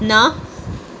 ਨਾ